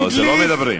לא, זה לא מדברים.